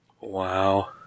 Wow